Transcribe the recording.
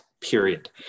period